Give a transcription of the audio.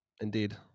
Indeed